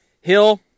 Hill